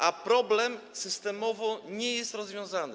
A problem systemowo nie jest rozwiązany.